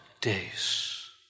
days